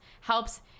helps